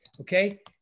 okay